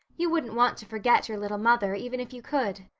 you wouldn't want to forget your little mother even if you could.